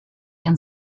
and